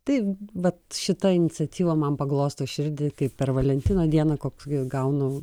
tai vat šita iniciatyva man paglosto širdį kaip per valentino dieną koks gaunu